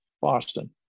Boston